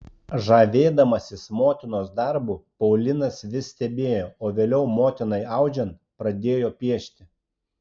žavėdamasis motinos darbu paulinas vis stebėjo o vėliau motinai audžiant pradėjo piešti